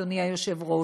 אדוני היושב-ראש,